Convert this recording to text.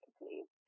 please